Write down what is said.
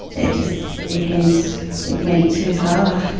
it just. it went it went too far,